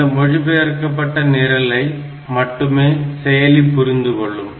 இந்த மொழிபெயர்க்கப்பட்ட நிரலை மட்டுமே செயலி புரிந்துகொள்ளும்